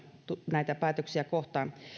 näitä päätöksiä kohtaan